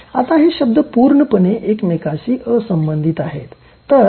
आता हे शब्द पूर्णपणे एकमेकांशी असंबंधित आहेत